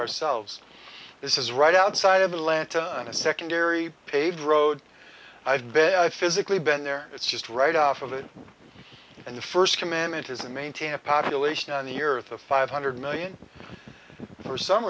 ourselves this is right outside of atlanta on a secondary paved road i've been physically been there it's just right off of it and the first commandment is a maintain a population on the earth of five hundred million for some